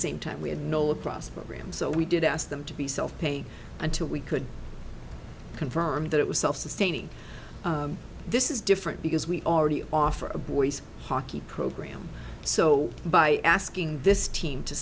same time we had nola prosper graham so we did ask them to be self pay until we could confirm that it was self sustaining this is different because we already offer a boy's hockey program so by asking this team to